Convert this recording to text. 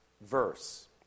verse